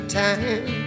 time